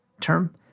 term